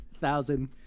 thousand